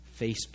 Facebook